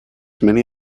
many